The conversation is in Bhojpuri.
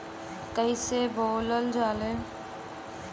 कईसे बोवल जाले?